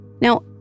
Now